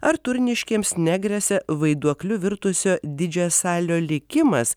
ar turniškėms negresia vaiduokliu virtusio didžiasalio likimas